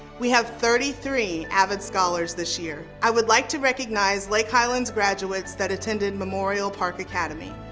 we have thirty three avid scholars this year. i would like to recognize lake highlands graduates that attended memorial park academy.